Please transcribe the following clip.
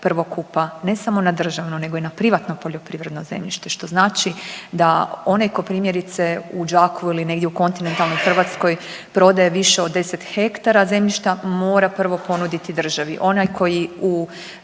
prvokupa ne samo na državno nego i na privatno poljoprivredno zemljište, što znači da onaj ko primjerice u Đakovu ili negdje u kontinentalnoj Hrvatskoj prodaje više od 10 hektara zemljišta mora prvo ponuditi državi, onaj koji u